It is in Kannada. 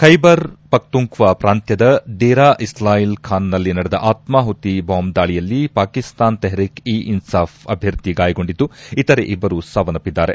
ಬೈಬರ್ ಪಕ್ತುಂಕ್ವಾ ಪ್ರಾಂತ್ವದ ದೇರಾ ಇಸ್ಲಾಯಿಲ್ ಖಾನ್ನಲ್ಲಿ ನಡೆದ ಆತ್ನಾಹುತಿ ಬಾಂಬ್ ದಾಳಿಯಲ್ಲಿ ಪಾಕಿಸ್ತಾನ್ ತೆಹರಿಕ್ ಇ ಇನ್ಸಾಫ್ ಅಭ್ಯರ್ಥಿ ಗಾಯಗೊಂಡಿದ್ದು ಇತರೆ ಇಬ್ಬರು ಸಾವನ್ನಪ್ಟಿದ್ದಾರೆ